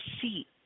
see